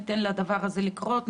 ניתן לדבר הזה לקרות,